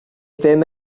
ddim